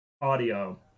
audio